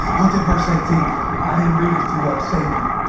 look at verse eighteen i didn't read this to y'all saving him